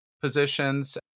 positions